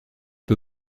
peu